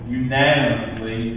unanimously